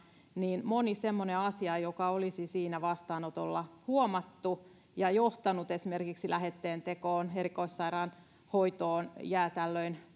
niin moni semmoinen asia joka olisi siinä vastaanotolla huomattu ja johtanut esimerkiksi lähetteen tekoon erikoissairaanhoitoon jää tällöin